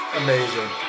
amazing